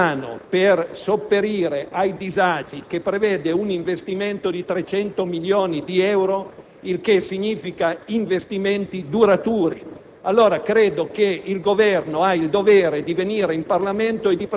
sembra che sia allo studio del Ministero un piano per sopperire ai disagi che prevede un investimento di 300 milioni di euro, il che significa investimenti duraturi.